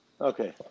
Okay